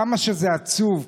כמה שזה עצוב.